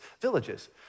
villages